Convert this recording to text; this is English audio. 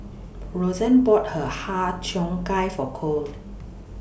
Roseann bought Her Har Cheong Gai For Kole